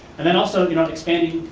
and then also you know expanding,